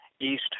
east